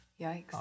Yikes